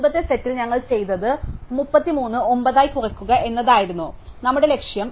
മുമ്പത്തെ സെറ്റിൽ ഞങ്ങൾ ചെയ്ത 33 9 ആയി കുറയ്ക്കുക എന്നതായിരുന്നു നമ്മുടെ ലക്ഷ്യം